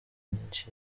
myinshi